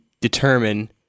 determine